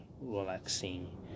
relaxing